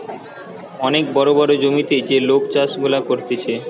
অনেক বড় বড় জমিতে যে লোক চাষ গুলা করতিছে